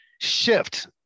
shift